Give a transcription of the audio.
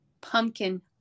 pumpkin